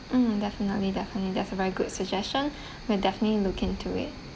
um definitely definitely that's a very good suggestion we'll definitely look into it